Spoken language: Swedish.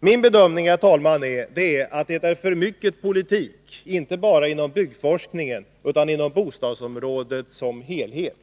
Min bedömning, herr talman, är att det är för mycket politik, inte bara inom byggforskningen utan inom bostadsområdet som helhet.